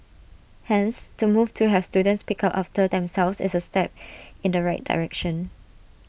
hence the move to have students pick up after themselves is A step in the right direction